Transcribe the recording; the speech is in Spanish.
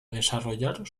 desarrollar